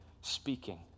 speaking